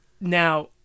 now